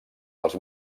dels